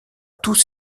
tous